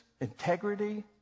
integrity